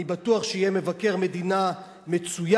אני בטוח שהוא יהיה מבקר מדינה מצוין,